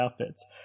outfits